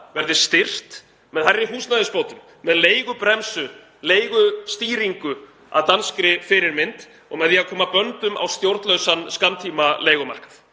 verði styrkt með hærri húsnæðisbótum, með leigubremsu, leigustýringu að danskri fyrirmynd og með því að koma böndum á stjórnlausan skammtímaleigumarkað.